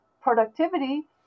productivity